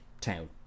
Town